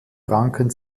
ranken